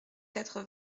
quatre